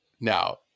Now